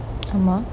ஆமா:aamaa